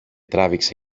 τράβηξε